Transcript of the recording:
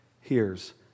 hears